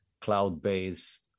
cloud-based